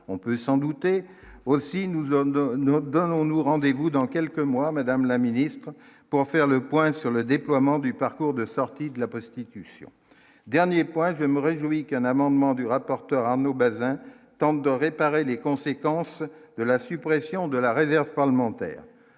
on peut s'en douter, aussi nous avons de nous donnons-nous rendez-vous dans quelques mois, madame la ministre, pour faire le point sur le déploiement du parcours de sortie de la Poste qui tue, dernier point, je me réjouis qu'un amendement du rapporteur Arnaud Bazin tente de réparer les conséquences de la suppression de la réserve parlementaire